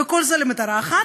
וכל זה למטרה אחת: